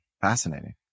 Fascinating